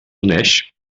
uneix